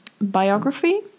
biography